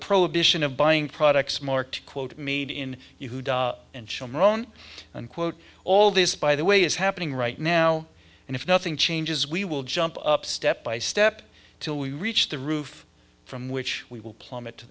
prohibition of buying products marked quote made in and shomer own and quote all this by the way is happening right now and if nothing changes we will jump up step by step till we reach the roof from which we will plummet to